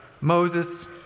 Moses